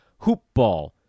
hoopball